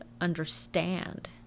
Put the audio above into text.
understand